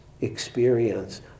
experience